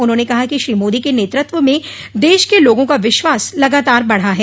उन्होंने कहा कि श्री मोदी के नेतृत्व में दश के लोगों का विश्वास लगातार बढ़ा है